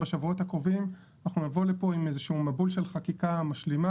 בשבועות הקרובים אנחנו נבוא לפה עם איזשהו מבול של חקיקה משלימה,